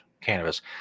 cannabis